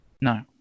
No